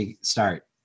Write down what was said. start